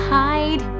hide